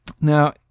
Now